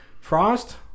Frost